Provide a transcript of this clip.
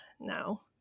now